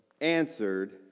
answered